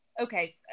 Okay